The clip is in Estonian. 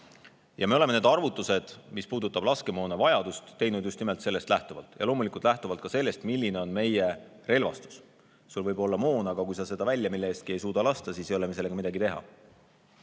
Me oleme need arvutused, mis puudutavad laskemoonavajadust, teinud just nimelt sellest lähtuvalt ja loomulikult ka sellest lähtuvalt, milline on meie relvastus. Sul võib olla moon, aga kui sa ei saa seda millestki välja lasta, siis ei ole sellega midagi teha.